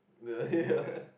the yeah